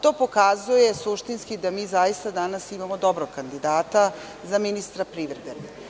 To pokazuje suštinski da mi danas zaista imamo dobrog kandidata za ministra privrede.